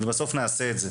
ובסוף נעשה את זה.